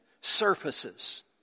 surfaces